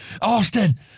Austin